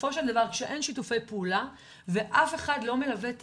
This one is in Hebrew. בסופו של דבר כשאין שיתופי פעולה ואף אחד לא מלווה את